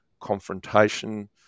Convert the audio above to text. confrontation